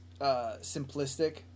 simplistic